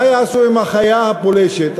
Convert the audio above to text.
מה יעשו עם החיה הפולשת?